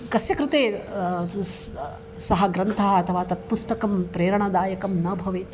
कस्य कृते सः ग्रन्थः अथवा तत् पुस्तकं प्रेरणादायकं न भवेत्